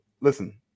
Listen